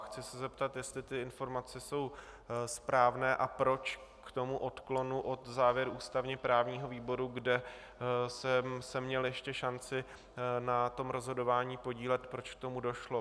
Chci se zeptat, jestli ty informace jsou správné a proč k tomu odklonu od závěru ústavněprávního výboru, kde jsem se měl ještě šanci na tom rozhodování podílet, proč k tomu došlo.